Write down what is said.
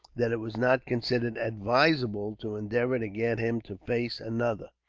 that it was not considered advisable to endeavour to get him to face another,